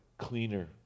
Cleaner